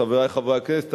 חברי חברי הכנסת,